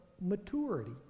maturity